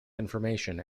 information